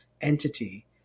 entity